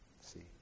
see